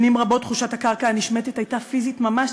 שנים רבות תחושת "הקרקע הנשמטת" הייתה פיזית ממש,